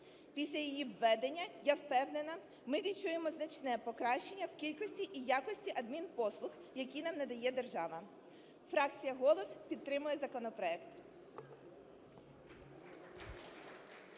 Після її введення, я впевнена, ми відчуємо значне покращення в кількості і якості адмінпослуг, які нам надає держава. Фракція "Голос" підтримує законопроект.